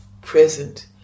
present